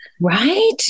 right